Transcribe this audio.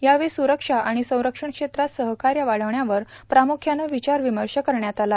यावेळी सुरक्षा आणि संरक्षण क्षेत्रात सहकार्य वाढविण्यावर प्रामुख्यानं विचारविमर्श करण्यात आला